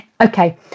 Okay